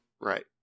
Right